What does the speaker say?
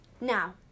Now